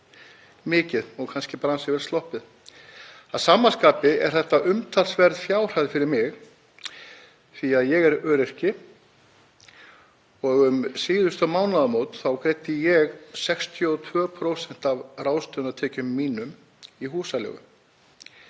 mikið og kannski bara ansi vel sloppið. Samt sem áður er þetta umtalsverð fjárhæð fyrir mig því að ég er öryrki og um síðustu mánaðamót þá greiddi ég 62% af ráðstöfunartekjum mínum í húsaleigu.